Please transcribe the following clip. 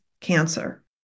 cancer